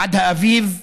עד האביב.